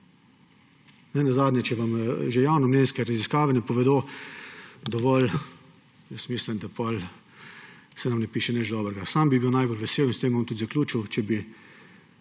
Nenazadnje, če vam že javnomnenjske raziskave ne povedo dovolj, mislim, da se potem nam ne piše nič dobrega. Sam bi bil najbolj vesel, in s tem bom tudi zaključil, če bi